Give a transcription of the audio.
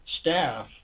staff